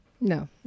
no